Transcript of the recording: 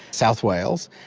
south wales,